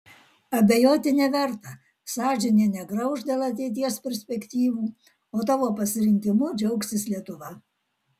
abejoti neverta sąžinė negrauš dėl ateities perspektyvų o tavo pasirinkimu džiaugsis lietuva